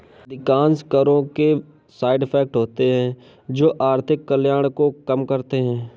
अधिकांश करों के साइड इफेक्ट होते हैं जो आर्थिक कल्याण को कम करते हैं